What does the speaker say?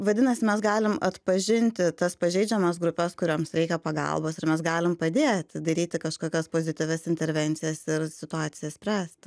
vadinasi mes galim atpažinti tas pažeidžiamas grupes kurioms reikia pagalbos ir mes galim padėt daryti kažkokias pozityvias intervencijas ir situacijas spręsti